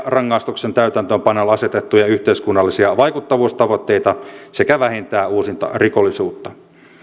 rangaistuksen täytäntöönpanolle asetettuja yhteiskunnallisia vaikuttavuustavoitteita sekä vähennetään uusintarikollisuutta